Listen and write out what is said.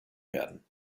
werden